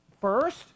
first